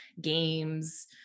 games